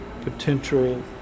potential